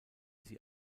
sie